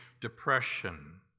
depression